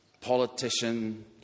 politician